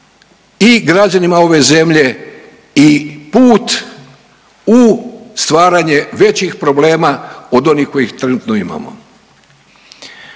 i građanima ove zemlje i put u stvaranje većih probleme od onih koji trenutno imamo.